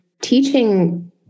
teaching